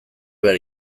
behar